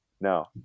no